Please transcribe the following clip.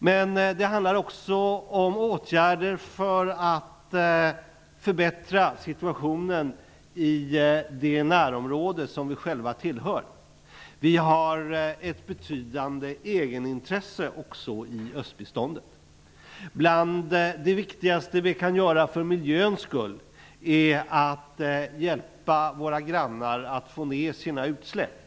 Men det handlar också om åtgärder för att förbättra situationen i det närområde som vi själva tillhör. Vi har ett betydande egenintresse även i östbiståndet. Bland det viktigaste vi kan göra för miljöns skull är att hjälpa våra grannar att få ner sina utsläpp.